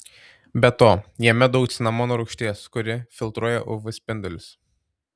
be to jame daug cinamono rūgšties kuri filtruoja uv spindulius